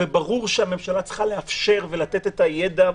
וברור שהממשלה צריכה לאפשר ולתת את הידע,